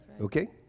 Okay